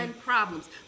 problems